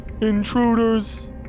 Intruders